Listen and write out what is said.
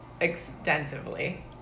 Extensively